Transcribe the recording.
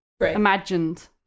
imagined